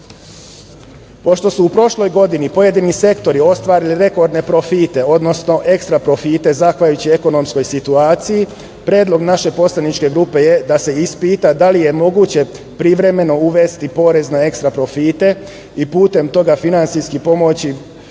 su u prošloj godini pojedini sektori ostvarili rekordne profite, odnosno ekstraprofite zahvaljujući ekonomskoj situaciji, predlog naše poslaničke grupe je da se ispita da li je moguće privremeno uvesti porez na ekstraprofite i putem toga finansijski pomoći